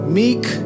meek